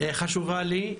חשובים לי,